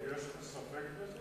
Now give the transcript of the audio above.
יש לך ספק בזה?